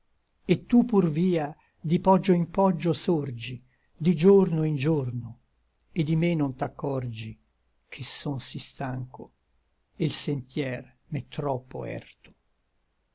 et tu pur via di poggio in poggio sorgi di giorno in giorno et di me non t'accorgi che son sí stanco e l sentier m'è troppo erto